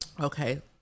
Okay